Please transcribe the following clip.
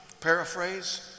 Paraphrase